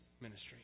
ministry